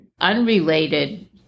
unrelated